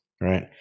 right